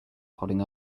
holding